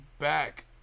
back